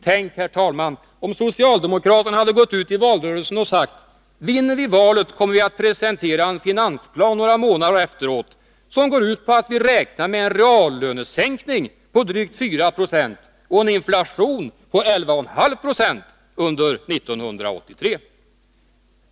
Tänk, herr talman, om socialdemokraterna hade gått ut i valrörelsen och sagt: Vinner vi valet kommer vi några månader efteråt att presentera en finansplan som går ut på att vi räknar med en reallönesänkning på drygt 4 90 och en inflation på 11,5 26 under 1983.